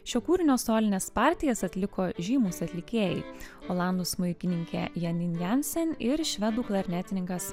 šio kūrinio solines partijas atliko žymūs atlikėjai olandų smuikininkė janin jansen ir švedų klarnetininkas